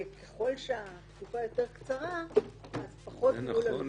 וככל שהתקופה יותר קצרה אז פחות יהיו לנו -- זה נכון.